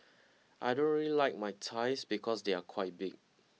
I don't really like my thighs because they are quite big